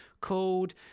called